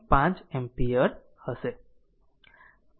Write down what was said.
5 ampere હશે